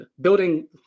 building